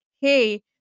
hey